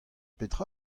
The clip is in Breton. petra